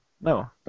No